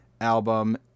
album